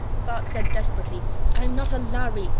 bart said desperately i'm not a lhari!